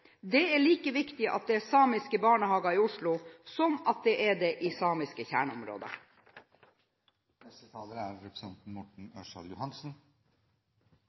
Det er like viktig at det er samiske barnehager i Oslo som at det er det i samiske